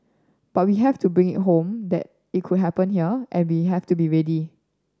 but we have to bring it home that it could happen here and we have to be ready